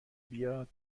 بیاد